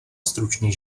stručný